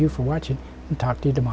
you for what you talk to them